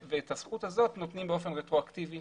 ואת הזכות הזאת נותנים באופן רטרואקטיבי